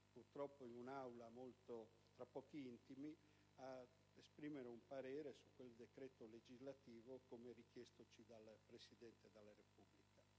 purtroppo tra pochi intimi ad esprimere un parere su questo decreto legislativo, come richiestoci dal Presidente della Repubblica.